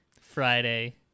Friday